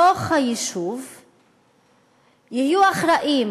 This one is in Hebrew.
גם בבקעת-הירדן,